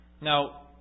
Now